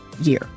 year